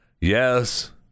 Yes